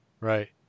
Right